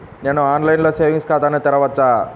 నేను ఆన్లైన్లో సేవింగ్స్ ఖాతాను తెరవవచ్చా?